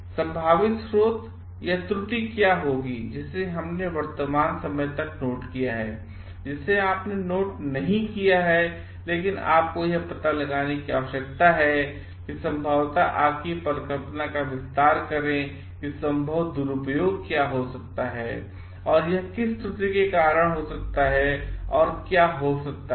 संभावित स्रोत या त्रुटि क्या होगी जिसे हमने वर्तमान समय तक नोट किया है जिसे आपने नोट नहीं किया है लेकिन आपको यह पता लगाने की आवश्यकता है कि संभवतया आपकी कल्पना का विस्तार करें कि संभव दुरुपयोग क्या हो सकता है और यह किस त्रुटि के कारण हो सकता है और क्या हो सकता है